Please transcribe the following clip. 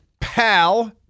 pal